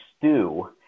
stew